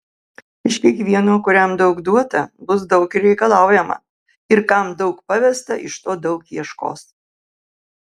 iš kiekvieno kuriam daug duota bus daug ir reikalaujama ir kam daug pavesta iš to daug ieškos